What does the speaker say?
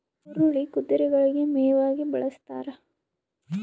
ಹುರುಳಿ ಕುದುರೆಗಳಿಗೆ ಮೇವಾಗಿ ಬಳಸ್ತಾರ